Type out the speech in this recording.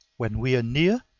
when we are near,